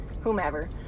Whomever